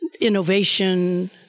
innovation